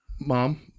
mom